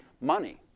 money